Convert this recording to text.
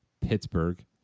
Pittsburgh